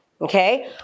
okay